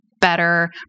better